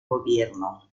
gobierno